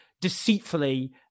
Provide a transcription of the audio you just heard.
deceitfully